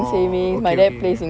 oh okay okay okay